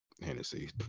Hennessy